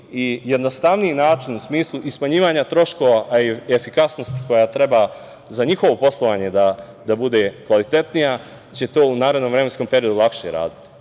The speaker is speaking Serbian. i jednostavniji način, u smislu i smanjivanja troškova, a i efikasnosti koja treba za njihovo poslovanje da bude kvalitetnija, će to u narednom vremenskom periodu lakše raditi. Evo,